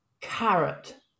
carrot